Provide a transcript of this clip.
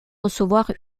recevoir